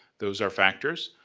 those are factors.